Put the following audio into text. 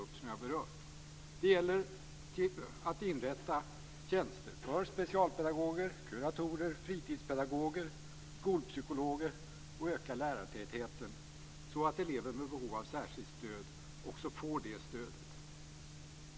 Det gäller t.ex. att inrätta tjänster för specialpedagoger, kuratorer, fritidspedagoger och skolpsykologer samt att öka lärartätheten så att elever med behov av särskilt stöd också får det stödet.